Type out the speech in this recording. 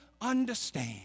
understand